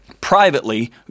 privately